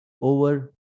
over